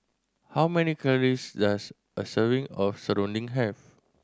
how many calories does a serving of serunding have